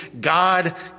God